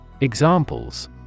Examples